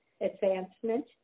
advancement